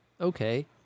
Okay